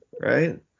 right